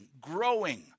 growing